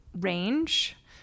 range